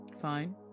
Fine